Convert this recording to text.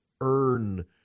earn